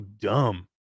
dumb